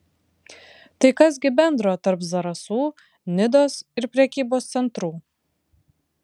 tai kas gi bendro tarp zarasų nidos ir prekybos centrų